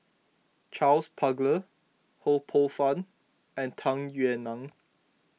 Charles Paglar Ho Poh Fun and Tung Yue Nang